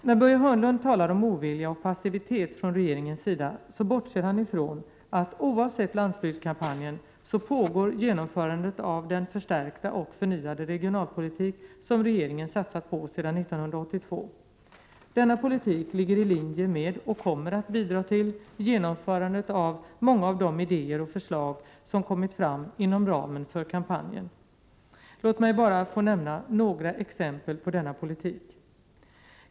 När Börje Hörnlund talar om ovilja och passivitet från regeringens sida så bortser han ifrån att, oavsett landsbygdskampanjen, genomförandet av den förstärkta och förnyande regionalpolitik som regeringen satsat på sedan 1982 pågår. Denna politik ligger i linje med och kommer att bidra till genomförandet av många av de ideér och förslag som kommit fram inom ramen för kampanjen. Låt mig bara få nämna några exempel på denna politik.